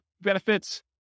benefits